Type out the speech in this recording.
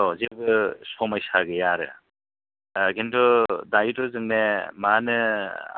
अ जेबो सम'स्या गैयाआरो खिन्थु दायोथ' जोंने मा होनो